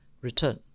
return